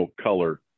color